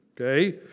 Okay